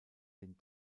den